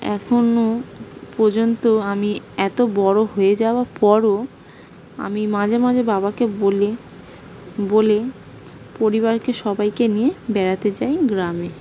এখনও পর্যন্ত আমি এত বড়ো হয়ে যাওয়া পরও আমি মাঝে মাঝে বাবাকে বলি বলি পরিবারকে সবাইকে নিয়ে বেড়াতে যাই গ্রামে